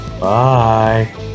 Bye